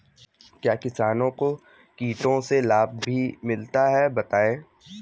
क्या किसानों को कीटों से लाभ भी मिलता है बताएँ?